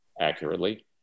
accurately